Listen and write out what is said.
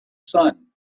sun